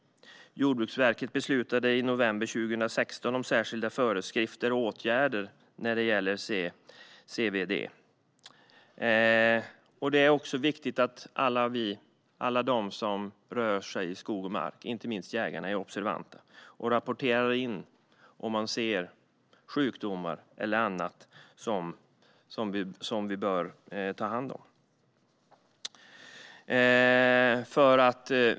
Jordbruksverket beslutade i november 2016 om särskilda föreskrifter och åtgärder när det gäller CWD. Det är också viktigt att alla de som rör sig i skog och mark, och inte minst jägarna, är observanta och rapporterar in om de ser sjukdomar eller annat som vi bör ta hand om.